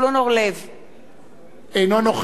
אינו נוכח דוד אזולאי,